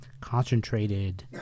concentrated